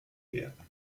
werden